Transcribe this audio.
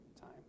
time